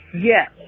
Yes